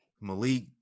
Malik